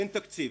אין תקציב.